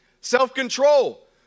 Self-control